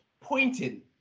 pointing